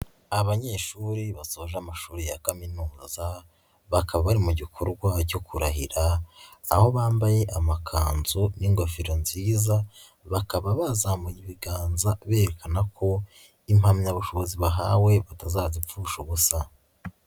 Abanyeshuri basoje amashuri ya kaminuza, bakaba bari mu gikorwa cyo kurahira, aho bambaye amakanzu n'ingofero nziza, bakaba bazamuye ibiganza, berekana ko impamyabushobozi bahawe batazadupfusha ubusa.